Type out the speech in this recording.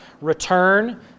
return